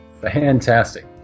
fantastic